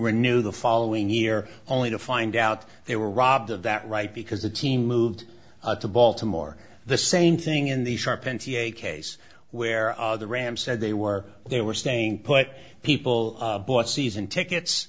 renew the following year only to find out they were robbed of that right because the team moved to baltimore the same thing in the sharpe n c a a case where the rams said they were they were staying put people bought season tickets